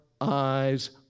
eyes